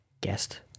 guest